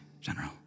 General